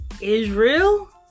Israel